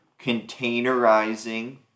containerizing